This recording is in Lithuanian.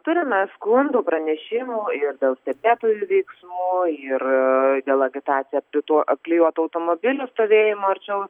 turime skundų pranešimų ir dėl stebėtojų veiksmų ir dėl agitacija apklijuotų automobilių stovėjimą arčiau